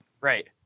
right